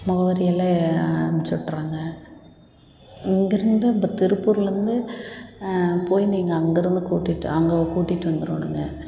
முகவரியெல்லாம் அனுப்பிச்சிவுட்றங்க இங்கேருந்து அந்த திருப்பூர்லருந்து போய் நீங்கள் அங்கேருந்து கூட்டிகிட்டு அங்கே கூட்டிகிட்டு வந்துறணுங்க